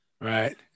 Right